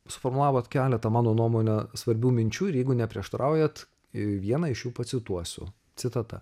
suformavot keletą mano nuomone svarbių minčių ir jeigu neprieštaraujat į vieną iš jų pacituosiu citata